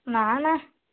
ନା ନା